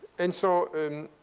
and so